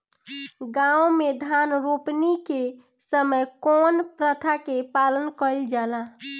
गाँव मे धान रोपनी के समय कउन प्रथा के पालन कइल जाला?